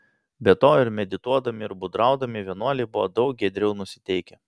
be to ir medituodami ir būdraudami vienuoliai buvo daug giedriau nusiteikę